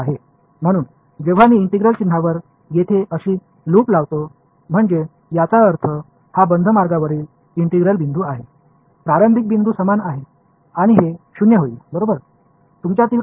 இங்கே இந்த இன்டகரல் அடையாளத்தை இந்த மாதிரி ஒரு வளையமாக போடும்போது அதாவது இதன் பொருள் என்னவென்றால் இது ஒரு மூடிய பாதையின் இன்டகரல் ஆரம்ப புள்ளி மற்றும் தொடக்க புள்ளி இரண்டும் ஒன்று மற்றும் இது பூஜ்ஜியமாக இருக்கும்